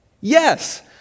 Yes